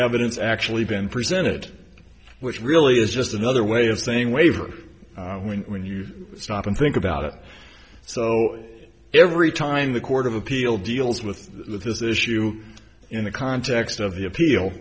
evidence actually been presented which really is just another way of saying waiver when you stop and think about it so every time the court of appeal deals with this issue in the context of the appeal